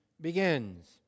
begins